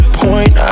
point